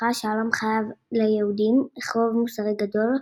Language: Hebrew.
חש שהעולם חייב ליהודים חוב מוסרי גדול,